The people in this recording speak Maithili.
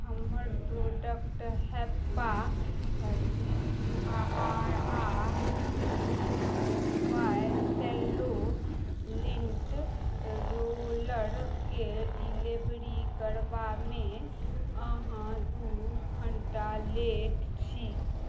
हमर प्रोडक्ट हैप्पा शिशु आहार आओर क्लीनो बाइ सेल्लो लिन्ट रोलरके डिलिवरी करबामे अहाँ दुइ घण्टा लेट छी